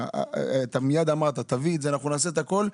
אתה מיד אמרת שאני אביא את זה ושתעשו את הכול,